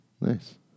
Nice